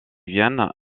viennent